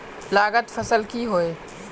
लागत फसल की होय?